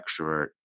extrovert